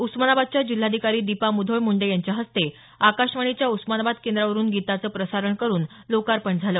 उस्मानाबादच्या जिल्हाधिकारी दीपा मुधोळ मुंडे यांच्या हस्ते आकाशवाणीच्या उस्मानाबाद केंद्रावरून गीताचं प्रसारण करून लोकार्पण झालं